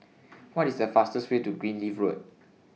What IS The fastest Way to Greenleaf Road